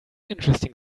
interesting